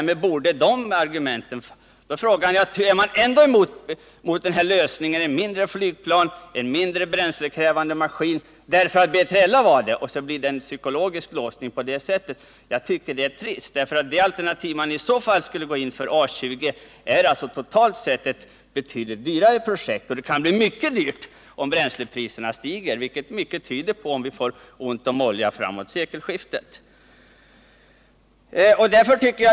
Men man är ändå emot lösningen med ett mindre flygplan med en mindre bränslekrävande motor därför att BILA också var ett sådant. Det blir helt enkelt en psykologisk låsning, och det tycker jag är olyckligt. Alternativet A 20 är nämligen totalt sett relativt dyrare, och det kan bli mycket dyrt om bränslepriserna stiger, vilket mycket tyder på om vi får ont om olja framåt sekelskiftet.